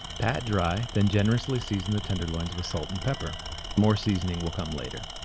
pat dry then generously season the tenderloins with salt and pepper more seasoning will come later.